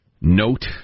note